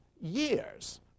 years